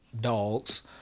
dogs